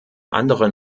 anderen